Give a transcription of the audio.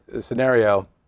scenario